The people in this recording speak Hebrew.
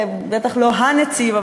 הוא בטח לא הנציב,